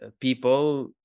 people